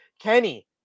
Kenny